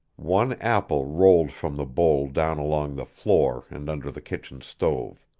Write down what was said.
one apple rolled from the bowl down along the floor and under the kitchen stove.